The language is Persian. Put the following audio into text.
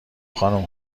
خانوم